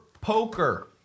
poker